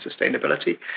sustainability